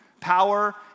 Power